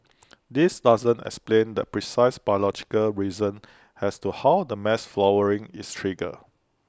this doesn't explain the precise biological reason as to how the mass flowering is triggered